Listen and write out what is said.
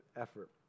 effort